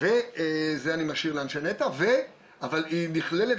ואת זה אני משאיר לאנשי נת"ע אבל היא נכללת